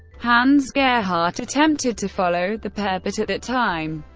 hans-gerhardt attempted to follow the pair but, at that time,